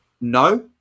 No